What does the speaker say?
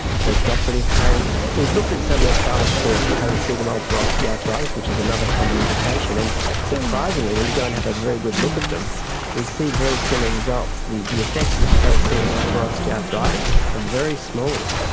post-operative pain. we looked at some of the trials for paracetamol for osteoarthritis, which is another common indication, and surprisingly when you go and have a very good look at them we see very similar results. the the effects of paracetamol for osteoarthritis are ah very small.